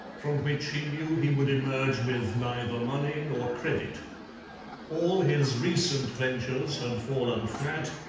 from which he knew he would emerge with neither money nor credit all his recent ventures had fallen flat,